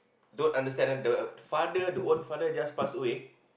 don't understand ah the uh father the own father just pass away